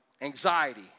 anxiety